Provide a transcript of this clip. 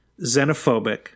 xenophobic